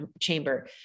chamber